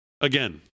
again